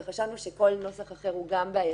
וחשבנו שכל נוסח אחר הוא גם בעייתי.